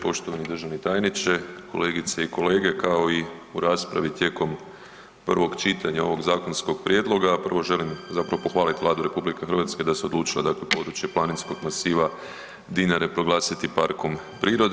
Poštovani državni tajniče, kolegice i kolege kao i u raspravi tijekom prvog čitanja ovog zakonskog prijedloga prvo želim zapravo pohvaliti Vladu RH da se odlučila dakle područje planinskog masiva Dinare proglasiti parkom prilike.